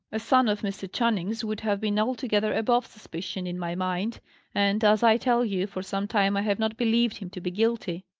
a son of mr. channing's would have been altogether above suspicion, in my mind and, as i tell you, for some time i have not believed him to be guilty.